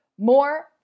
More